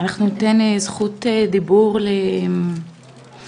אנחנו נתן זכות דיבור לשמחה